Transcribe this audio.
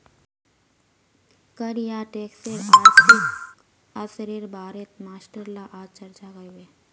कर या टैक्सेर आर्थिक असरेर बारेत मास्टर ला आज चर्चा करबे